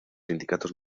sindicatos